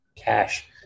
Cash